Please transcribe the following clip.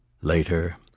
Later